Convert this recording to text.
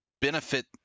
Benefit